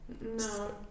No